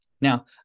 Now